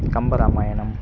Kambaramayanam